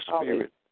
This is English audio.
spirit